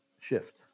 shift